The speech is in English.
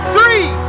Three